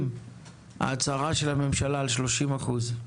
ההצהרה של הממשלה על 30%?